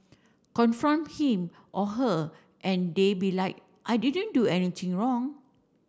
confront him or her and they be like I didn't do anything wrong